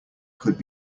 could